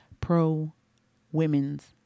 pro-women's